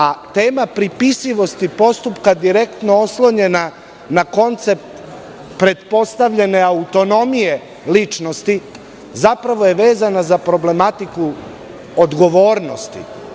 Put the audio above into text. A tema pripisivosti postupka direktno, oslonjena na koncept pretpostavljene autonomije ličnosti, zapravo je vezana za problematiku odgovornosti.